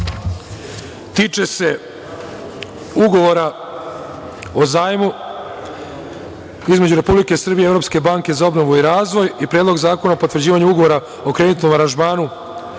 Tiče se ugovora o zajmu između Republike Srbije i Evropske banke za obnovu i razvoj i Predlog zakona o potvrđivanju Ugovora o kreditnom aranžmanu